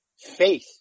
faith